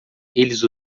eles